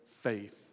faith